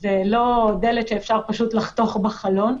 זו לא דלת שאפשר לחתוך בה חלון.